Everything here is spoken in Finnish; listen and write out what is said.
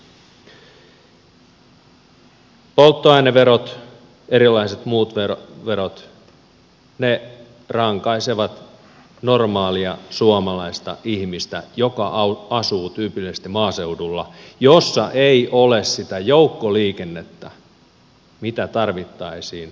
polttoaineverot erilaiset muut verot rankaisevat normaalia suomalaista ihmistä joka asuu tyypillisesti maaseudulla jossa ei ole sitä joukkoliikennettä mitä tarvittaisiin henkilöautosta luopumiseen